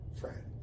friend